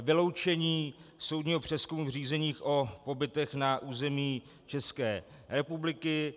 Vyloučení soudního přezkumu v řízeních o pobytech na území České republiky.